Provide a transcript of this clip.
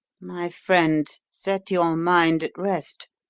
my friend, set your mind at rest,